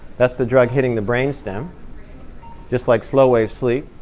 that's the drug hitting the brain stem just like slow wave sleep.